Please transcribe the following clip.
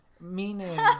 meaning